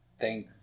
thank